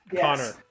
Connor